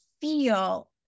feel